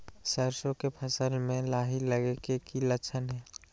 सरसों के फसल में लाही लगे कि लक्षण हय?